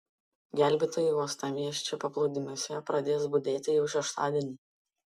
gelbėtojai uostamiesčio paplūdimiuose pradės budėti jau šeštadienį